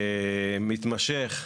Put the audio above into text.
מתמשך,